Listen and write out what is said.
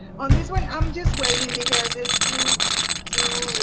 um this one, i'm just waiting because it's too so